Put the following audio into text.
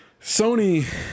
Sony